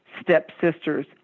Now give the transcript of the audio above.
stepsisters